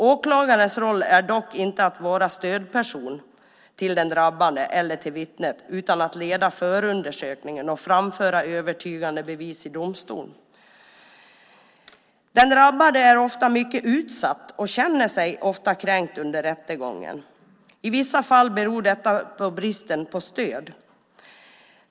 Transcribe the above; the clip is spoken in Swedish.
Åklagarens roll är dock inte att vara stödperson till den drabbade eller till vittnet, utan att leda förundersökningen och framföra övertygande bevis i domstol. Den drabbade är ofta mycket utsatt och känner sig ofta kränkt under rättegången. I vissa fall beror detta på bristen på stöd.